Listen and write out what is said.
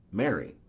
marry,